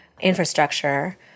infrastructure